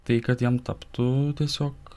tai kad jam taptų tiesiog